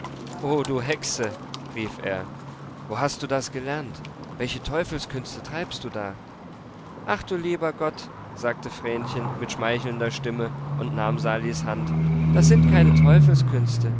o du hexe rief er wo hast du das gelernt welche teufelskünste treibst du da ach du lieber gott sagte vrenchen mit schmeichelnder stimme und nahm salis hand das sind keine